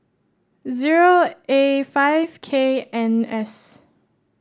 zero A five K N S